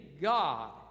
God